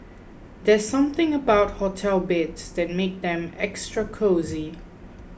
there's something about hotel beds that makes them extra cosy